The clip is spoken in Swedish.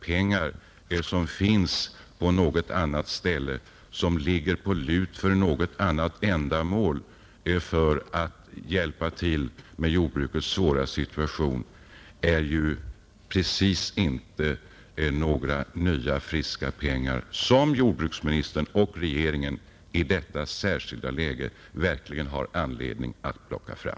Pengar som finns på något annat ställe och ligger på lut för något annat ändamål i jordbrukets svåra situation är ju inte precis några nya, friska pengar som jordbruksministern och regeringen i detta läge har anledning att plocka fram.